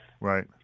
Right